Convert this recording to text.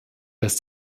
dass